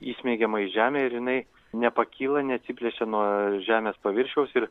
įsmeigiama į žemę ir jinai nepakyla neatsiplėšia nuo žemės paviršiaus ir